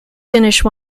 finish